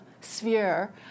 sphere